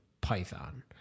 python